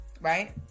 Right